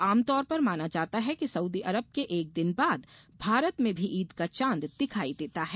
आमतौर पर माना जाता है कि सउदी अरब के एक दिन बाद भारत में भी ईद का चांद दिखाई देता है